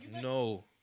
No